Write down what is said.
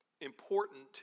important